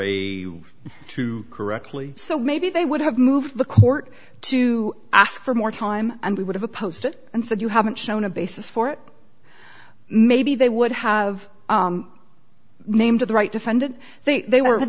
a two correctly so maybe they would have moved the court to ask for more time and we would have opposed it and said you haven't shown a basis for it maybe they would have named to the right defendant they they were